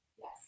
Yes